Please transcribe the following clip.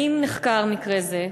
1. האם נחקר מקרה זה?